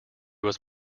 was